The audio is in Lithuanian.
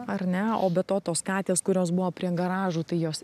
ar ne o be to tos katės kurios buvo prie garažų tai jos